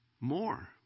more